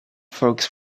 folks